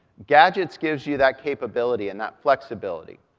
gadgets gives you that capability and that flexibility.